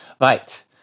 Right